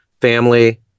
family